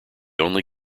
only